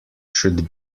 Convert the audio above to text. should